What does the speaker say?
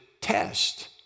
test